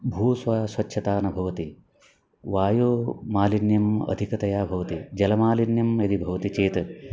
भू स्वच्छः स्वच्छता न भवति वायुः मालिन्यम् अधिकतया भवति जलमालिन्यं यदि भवति चेत्